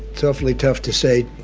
it's awfully tough to say,